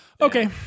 Okay